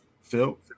Phil